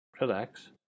Relax